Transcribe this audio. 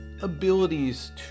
Abilities